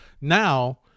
now –